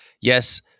yes